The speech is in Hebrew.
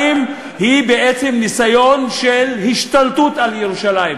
היא בעצם ניסיון של השתלטות על ירושלים,